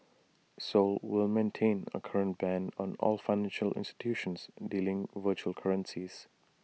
Seoul will maintain A current ban on all financial institutions dealing virtual currencies